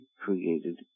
created